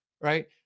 right